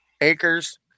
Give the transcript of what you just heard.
acres